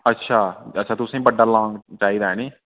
अच्छा अच्छा तुसेंगी बड्डा लांग चाहिदा है नी